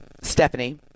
stephanie